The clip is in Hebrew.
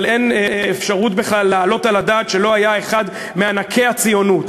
אבל אין אפשרות בכלל להעלות על הדעת שלא היה אחד מענקי הציונות,